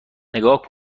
نگاه